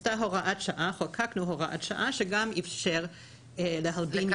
חוקקה הוראת שעה שגם איפשרה "להלבין"